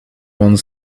one